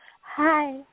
Hi